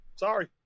Sorry